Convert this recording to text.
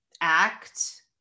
act